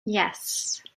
yes